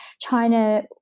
China